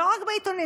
לא רק בעיתונים,